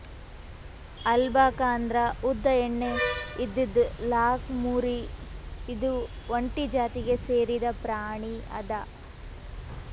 alpaca ಅಂದ್ರ ಉದ್ದ್ ಉಣ್ಣೆ ಇದ್ದಿದ್ ಲ್ಲಾಮ್ಕುರಿ ಇದು ಒಂಟಿ ಜಾತಿಗ್ ಸೇರಿದ್ ಪ್ರಾಣಿ ಅದಾ